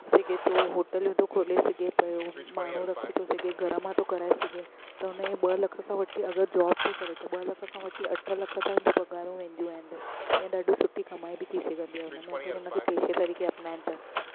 सघे थो होटलियूं थो खोले सघे थो माण्हू रखी थो सघे घर मां थो कराए सघे त हुनखे ॿ लख खां वठी अगरि जॉब थो करे पियो ॿ लख खां वठी अठ लख ताईं पघार वेंदियूं आहिनि इहा ॾाढो सुठी कमाई बि थी सघंदी आहे हुन में अगरि हुनखे पेशे तरीक़े अपनायन त